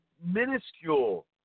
minuscule